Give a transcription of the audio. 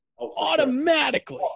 Automatically